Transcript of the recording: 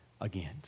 again